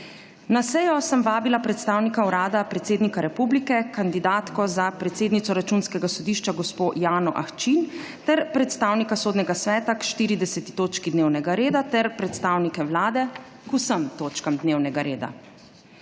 Na sejo sem vabila predstavnika Urada predsednika republike, kandidatko za predsednico Računskega sodišča Jano Ahčin, predstavnika Sodnega sveta k 40. točki dnevnega reda in predstavnike Vlade k vsem točkam dnevnega reda.